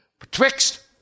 Betwixt